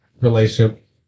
relationship